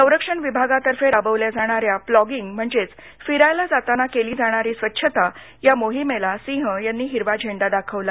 संरक्षण विभागातर्फे राबवल्या जाणा या प्लॉगिग म्हणजेच फिरायला जाताना केली जाणारी स्वच्छता या मोहिमेला सिंह यांनी हिरवा झेंडा दाखवला